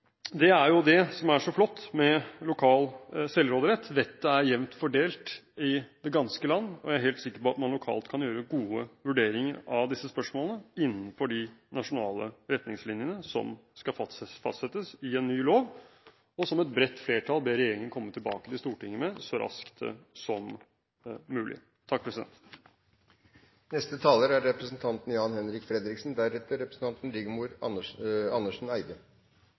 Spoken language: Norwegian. vil man jo lokalt bestemme seg for at man ikke ønsker slike løyper. Det er det som er så flott med lokal selvråderett. Vettet er jevnt fordelt i det ganske land, og jeg er helt sikker på at man lokalt kan gjøre gode vurderinger av disse spørsmålene innenfor de nasjonale retningslinjene som skal fastsettes i en ny lov, og som et bredt flertall ber regjeringen komme tilbake til Stortinget med så raskt som mulig. Det er